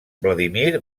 vladímir